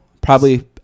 Probably-